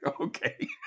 Okay